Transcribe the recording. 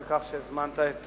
על כך שהזמנת את